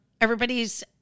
everybody's